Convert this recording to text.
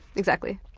exactly.